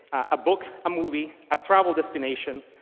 a book, a movie, a travel destination,